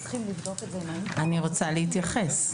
אני רוצה להתייחס.